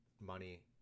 money